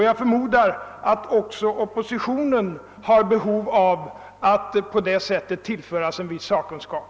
Jag förmodar att också oppositionen har behov av att på det sättet tillförsäkras tillgång till en viss sakkunskap.